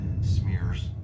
smears